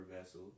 vessel